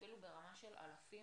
אפילו ברמה של אלפים,